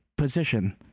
position